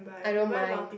I don't mind